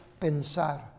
pensar